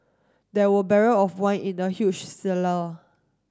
there were barrel of wine in the huge cellar